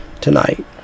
tonight